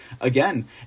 again